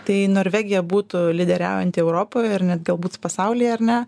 tai norvegija būtų lyderiaujanti europoj ar net galbūt pasaulyje ar ne